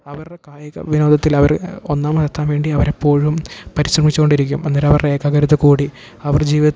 അവരുടെ കായിക വിനോദത്തിലവർ ഒന്നാമതെത്താൻ വേണ്ടി അവരെപ്പോഴും പരിശ്രമിച്ചു കൊണ്ടിരിക്കും അന്നേരമവരുടെ ഏകാഗ്രത കൂടി അവർ ജീവിതത്തിൽ